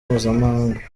mpuzamahanga